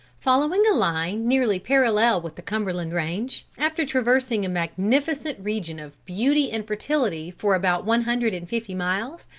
following a line nearly parallel with the cumberland range, after traversing a magnificent region of beauty and fertility for about one hundred and fifty miles,